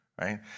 right